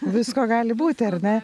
visko gali būti ar ne